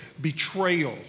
betrayal